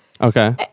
Okay